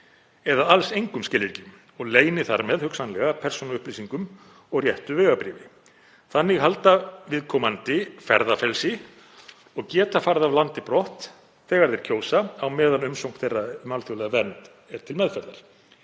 eða alls engum skilríkjum og leyni þar með hugsanlega persónuupplýsingum og réttu vegabréfi. Þannig halda viðkomandi ferðafrelsi og geta farið af landi brott þegar þeir kjósa á meðan umsókn þeirra um alþjóðlega vernd er til meðferðar.